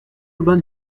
aubin